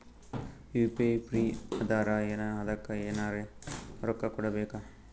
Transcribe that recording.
UPI free ಅದಾರಾ ಏನ ಅದಕ್ಕ ಎನೆರ ರೊಕ್ಕ ಕೊಡಬೇಕ?